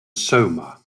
soma